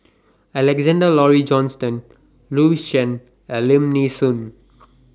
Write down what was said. Alexander Laurie Johnston Louis Chen and Lim Nee Soon